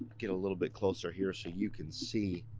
get a little bit closer here so you can see.